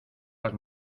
las